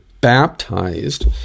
baptized